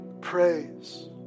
praise